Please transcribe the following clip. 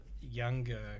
younger